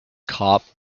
cop